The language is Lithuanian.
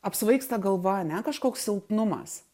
apsvaigsta galva ane kažkoks silpnumas